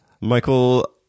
Michael